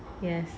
yes